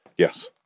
Yes